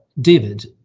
David